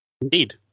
Indeed